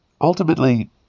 ultimately